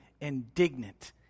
indignant